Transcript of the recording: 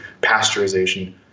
pasteurization